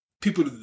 People